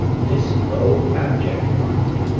this low abject brood,